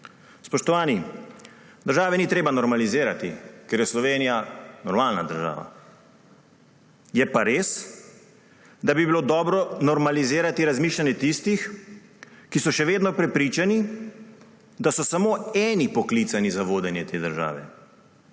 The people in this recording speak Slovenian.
Spoštovani, države ni treba normalizirati, ker je Slovenija normalna država, je pa res, da bi bilo dobro normalizirati razmišljanje tistih, ki so še vedno prepričani, da so samo eni poklicani za vodenje te države.